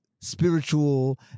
spiritual